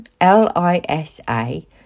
L-I-S-A